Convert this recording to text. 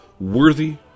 worthy